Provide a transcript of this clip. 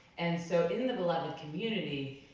and so in the beloved community,